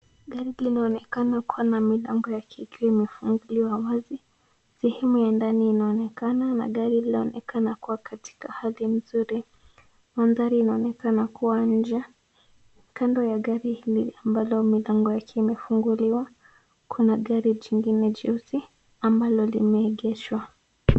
Gari linaonekana kuwa na milango yake ikiwa imefunguliwa wazi. Sehemu ya ndani inaonekana na gari linaonekana kuwa katika hali nzuri. Mandhari inaonekana kuwa nje. Kando ya gari hili ambalo milango yake imefunguliwa, kuna gari jingine jeusi ambalo limeegeshwa.